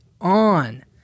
on